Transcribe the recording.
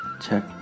check